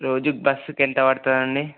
రోజుకి బస్సుకు ఎంత పడుతుంది అండి